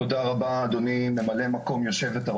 תודה רבה אדוני מ"מ היו"ר,